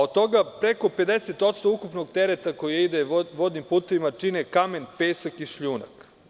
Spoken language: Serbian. Od toga preko 50% ukupnog tereta koji ide vodnim putevima čine kamen, pesak i šljunak.